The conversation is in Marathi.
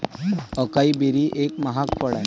अकाई बेरी एक महाग फळ आहे